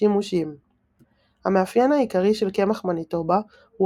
שימושים המאפיין העיקרי של קמח מניטובה הוא